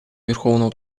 верховного